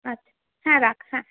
আচ্ছা হ্যাঁ রাখ হ্যাঁ হ্যাঁ